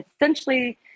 essentially